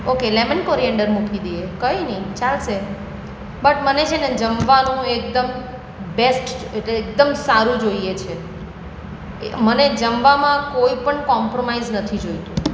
okay lemon coriander મૂકી દઈએ કંઈ નહીં ચાલશે બટ મને છે ને જમવાનું એકદમ બેસ્ટ એટલે એકદમ સારું જોઈએ છે મને જમવામાં કોઈપણ કોંપ્રોમાઇઝ નથી જોઈતું